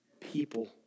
People